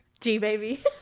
G-Baby